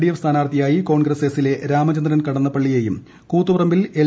DF സ്ഥാനാർത്ഥിയായി കോൺഗ്രസ് എസിലെ രാമച്ചിന്ദ്രൻ ് കടന്നപ്പള്ളിയെയും കൂത്തുപറമ്പിൽ എൽ